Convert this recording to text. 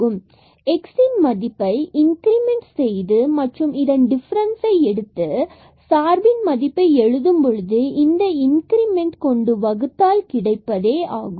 x எக்ஸின் மதிப்பை increment செய்து மற்றும் இதன் டிஃபரன்ஸ் ஐ எடுத்து சார்பின் மதிப்பை எழுதும் போது இந்த இன்கிரிமெண்ட் கொண்டு வகுத்தால் கிடைப்பது ஆகும்